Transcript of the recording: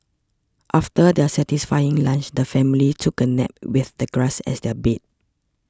after their satisfying lunch the family took a nap with the grass as their bed